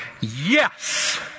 yes